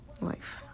life